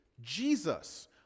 Jesus